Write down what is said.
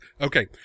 Okay